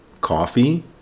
coffee